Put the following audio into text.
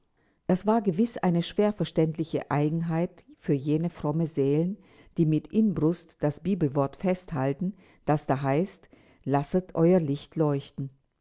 das war gewiß eine schwer verständliche eigenheit für jene frommen seelen die mit inbrunst das bibelwort festhalten das da heißt lasset euer licht leuchten